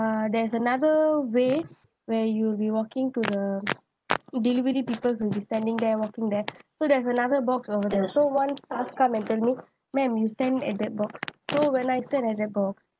uh there's another way where you'll be walking to the delivery people who is standing there walking there so there's another box over there so one starts come and tell me ma'am you stand at that box so when I turn at that box